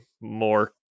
more